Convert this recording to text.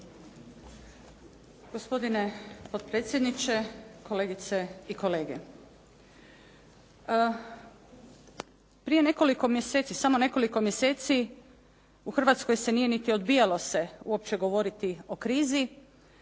Gospodine potpredsjedniče, kolegice i kolege. Prije nekoliko mjeseci, samo nekoliko mjeseci u Hrvatskoj se nije niti odbijalo uopće govoriti o krizi.